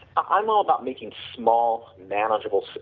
i am all about making small manageable,